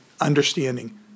understanding